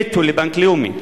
נטו לבנק לאומי.